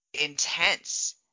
intense